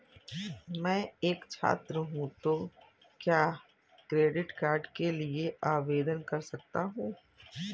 मैं एक छात्र हूँ तो क्या क्रेडिट कार्ड के लिए आवेदन कर सकता हूँ?